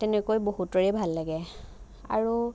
তেনেকৈ বহুতেই ভাল লাগে আৰু